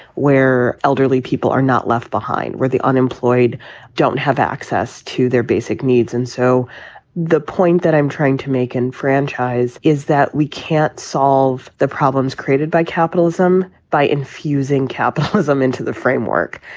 where elderly people are not left behind, where the unemployed don't have access to their basic needs. and so the point that i'm trying to make in franchise is that we can't solve the problems created by capitalism, by infusing capitalism into the framework.